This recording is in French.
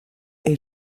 est